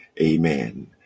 Amen